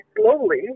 slowly